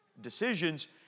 decisions